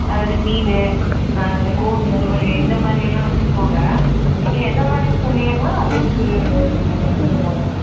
அதாவது மீன் அந்த கோழி வருவல் இந்த மாதிரியெல்லாம் வைச்சுருக்கோங்க நீங்கள் எந்த மாதிரின்னு சொன்னிங்கன்னால் அதததுக்கு சொல்லிவிடுறேங்க